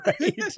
right